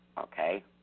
Okay